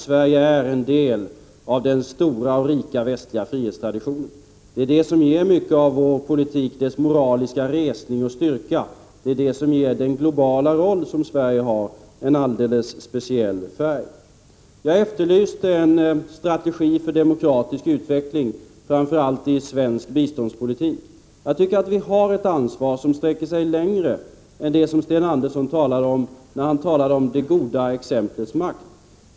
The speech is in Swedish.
Sverige är en del av den stora och rika västliga frihetstraditionen. Det är det som ger mycket av vår politik dess moraliska resning och styrka. Det är det som ger den globala roll som Sverige har en alldeles speciell färg. Jag efterlyste en strategi för demokratisk utveckling i framför allt svensk biståndspolitik. Jag tycker att vi har ett ansvar som sträcker sig längre än det goda exemplets makt som Sten Andersson talade om.